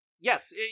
Yes